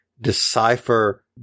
decipher